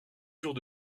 jours